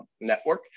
Network